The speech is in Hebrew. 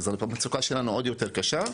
פה המצוקה שלנו עוד יותר קשה,